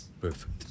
Perfect